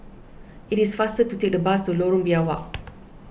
it is faster to take the bus to Lorong Biawak